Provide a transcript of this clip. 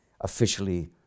officially